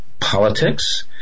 politics